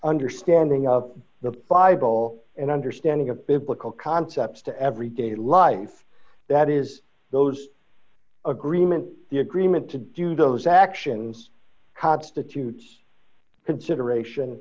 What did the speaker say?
understanding of the bible and understanding of biblical concepts to everyday life that is those agreements the agreement to do those actions constitutes consideration